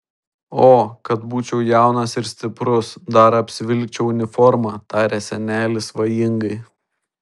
o kad būčiau jaunas ir stiprus dar apsivilkčiau uniformą tarė senelis svajingai